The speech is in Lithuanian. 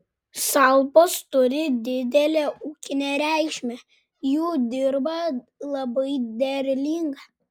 salpos turi didelę ūkinę reikšmę jų dirva labai derlinga